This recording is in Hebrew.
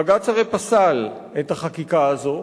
בג"ץ הרי פסל את החקיקה הזאת,